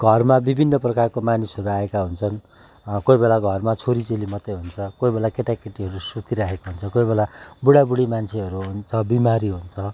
घरमा विभिन्न प्रकारको मानिसहरू आएका हुन्छन् कोही बेला घरमा छोरीचेली मात्रै हुन्छ कोही बेला केटाकेटीहरू सुतिरहेको हुन्छ कोही बेला बुडाबुडी मान्छेहरू हुन्छ बिमारी हुन्छ